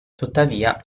tuttavia